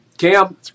Cam